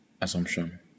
assumption